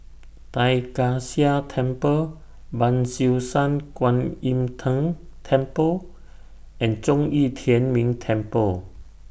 Tai Kak Seah Temple Ban Siew San Kuan Im Tng Temple and Zhong Yi Tian Ming Temple